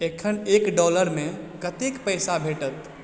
एखन एक डॉलर मे कतेक पैसा भेटत